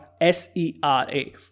s-e-r-a